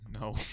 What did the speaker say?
No